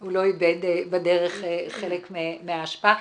הוא לא איבד בדרך חלק מהאשפה.